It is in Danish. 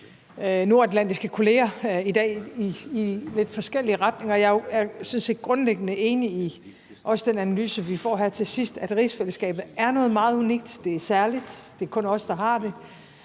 nordatlantiske kolleger i dag, i lidt forskellige retninger, og jeg er sådan set grundlæggende også enig i den analyse, vi får her til sidst, altså at rigsfællesskabet er noget meget unikt. Det er særligt, det er kun os, der har det,